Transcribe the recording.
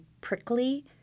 prickly